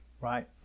Right